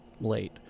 late